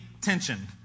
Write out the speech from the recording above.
tension